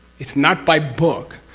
it's not by book,